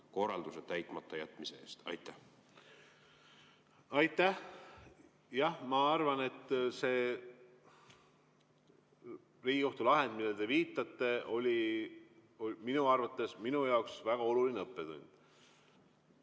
korralduse täitmata jätmise tõttu. Aitäh! Jah, see Riigikohtu lahend, millele te viitate, oli minu arvates minu jaoks väga oluline õppetund.